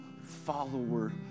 follower